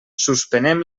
suspenem